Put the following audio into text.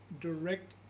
direct